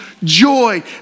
joy